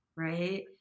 right